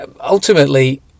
Ultimately